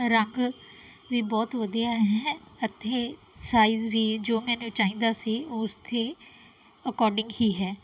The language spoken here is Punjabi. ਰੰਗ ਵੀ ਬਹੁਤ ਵਧੀਆ ਹੈ ਅਤੇ ਸਾਈਜ਼ ਵੀ ਜੋ ਮੈਨੂੰ ਚਾਹੀਦਾ ਸੀ ਉੱਥੇ ਅਕੋਡਿੰਗ ਹੀ ਹੈ